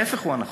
ההפך הוא הנכון.